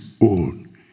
own